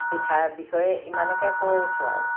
পিঠাৰ বিষয়ে ইমানকে কৈছোঁ আৰু